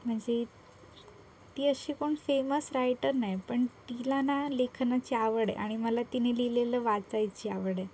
म्हणजे ती अशी कोण फेमस रायटर नाही पण तिला ना लेखनाची आवड आहे आणि मला तिने लिहिलेलं वाचायची आवड आहे